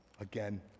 Again